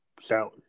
salary